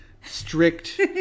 strict